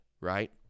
right